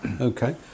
okay